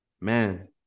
man